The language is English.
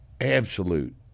absolute